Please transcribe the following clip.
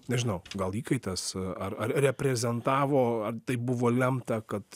nežinau gal įkaitas ar ar reprezentavo ar tai buvo lemta kad